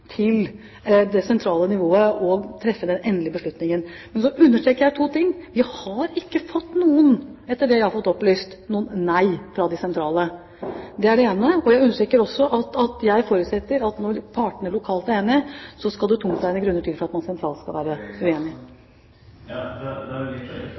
til det sentrale nivået å treffe den endelige beslutningen. Men jeg understreker to ting: Vi har ikke, etter det jeg har fått opplyst, fått noen nei sentralt. Det er det ene. Jeg understreker også at jeg forutsetter at når partene lokalt er enige, skal det tungtveiende grunner til for at man sentralt skal være uenig. Det er